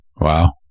Wow